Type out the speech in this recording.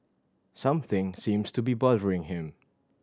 something seems to be bothering him